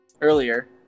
earlier